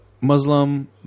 Muslim